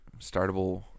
startable